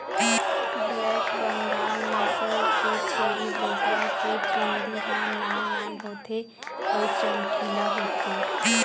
black Bengal नसल के छेरी बोकरा के चूंदी ह नान नान होथे अउ चमकीला होथे